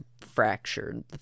fractured